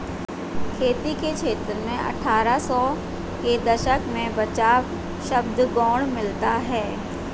खेती के क्षेत्र में अट्ठारह सौ के दशक में बचाव शब्द गौण मिलता है